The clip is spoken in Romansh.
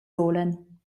vulan